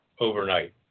overnight